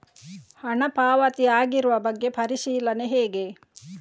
ಹಣ ಪಾವತಿ ಆಗಿರುವ ಬಗ್ಗೆ ಪರಿಶೀಲನೆ ಹೇಗೆ?